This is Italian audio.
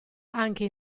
anche